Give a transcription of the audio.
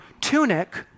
tunic